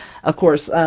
of course,